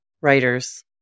writers